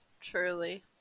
truly